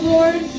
Lord